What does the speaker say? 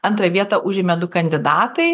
antrą vietą užėmė du kandidatai